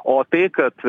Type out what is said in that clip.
o tai kad